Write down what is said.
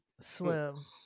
Slim